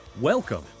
Welcome